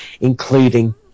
including